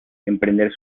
emprender